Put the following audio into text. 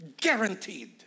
Guaranteed